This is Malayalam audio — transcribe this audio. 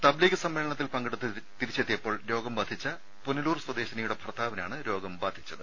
തബ്ലീഗ് സമ്മേളനത്തിൽ പങ്കെ ടുത്ത് തിരിച്ചെത്തിയപ്പോൾ രോഗം ബാധിച്ച പുനലൂർ സ്വദേശിനിയുടെ ഭർത്താവിനാണ് രോഗം ബാധിച്ചത്